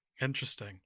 interesting